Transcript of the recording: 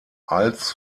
als